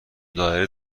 دایره